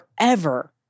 forever